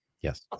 Yes